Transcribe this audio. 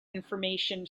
information